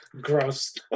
Gross